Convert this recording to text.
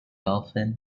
dolphin